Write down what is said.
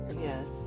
Yes